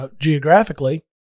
Geographically